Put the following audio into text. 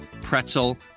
pretzel